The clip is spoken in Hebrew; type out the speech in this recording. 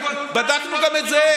בדקנו גם את זה.